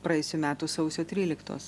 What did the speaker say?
praėjusių metų sausio tryliktos